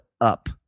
up